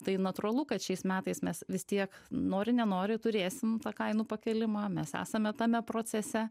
tai natūralu kad šiais metais mes vis tiek nori nenori turėsim tą kainų pakėlimą mes esame tame procese